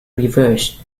refers